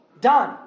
Done